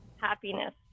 happiness